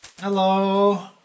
Hello